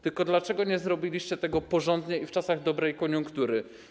Tylko dlaczego nie zrobiliście tego porządnie i w czasach dobrej koniunktury?